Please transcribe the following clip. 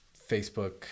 Facebook